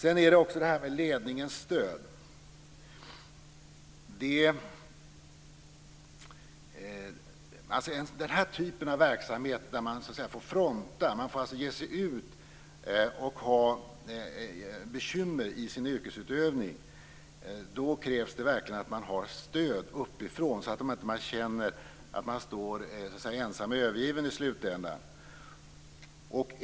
En annan sak är ledningens stöd. I den här typen av verksamhet där man får fronta, dvs. man får ge sig ut och möta bekymmer i sin yrkesutövning, krävs det verkligen att man har stöd uppifrån, så att man inte känner att man står ensam och övergiven i slutändan.